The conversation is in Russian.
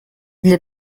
для